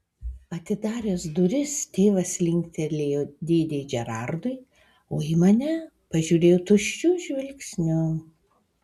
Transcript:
atidaręs duris tėvas linktelėjo dėdei džerardui o į mane pažiūrėjo tuščiu žvilgsniu